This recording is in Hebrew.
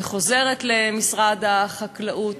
וחוזרת למשרד החקלאות.